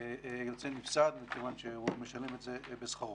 יוצא נפסד, מכיוון שהוא משלם את זה בשכרו.